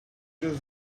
just